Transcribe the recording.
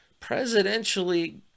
presidentially